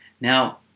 Now